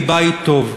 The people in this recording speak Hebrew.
מבית טוב.